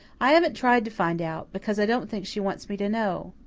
i haven't tried to find out, because i don't think she wants me to know.